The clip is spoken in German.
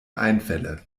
einfälle